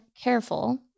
careful